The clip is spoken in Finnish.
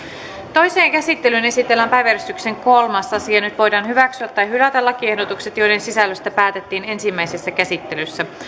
toiseen käsittelyyn esitellään päiväjärjestyksen kolmas asia nyt voidaan hyväksyä tai hylätä lakiehdotukset joiden sisällöstä päätettiin ensimmäisessä käsittelyssä